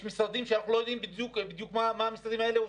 משרדים שאנחנו לא יודעים בדיוק מה הם עושים.